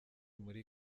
muri